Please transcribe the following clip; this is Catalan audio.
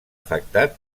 afectat